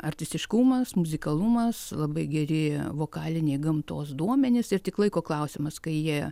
artistiškumas muzikalumas labai geri vokaliniai gamtos duomenys ir tik laiko klausimas kai jie